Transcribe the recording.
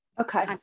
okay